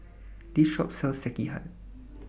This Shop sells Sekihan